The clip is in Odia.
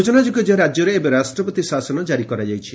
ସ୍ଚଚନା ଯୋଗ୍ୟ ରାଜ୍ୟରେ ଏବେ ରାଷ୍ଟ୍ରପତି ଶାସନ ଜାରି କରାଯାଇଛି